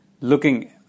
looking